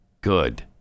good